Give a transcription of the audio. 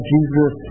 Jesus